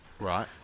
Right